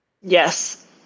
Yes